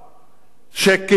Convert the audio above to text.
שקיבל החלטות,